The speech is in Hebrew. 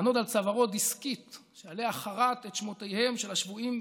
לענוד על צווארו דסקית שעליה חרת את שמותיהם של השבויים והנעדרים.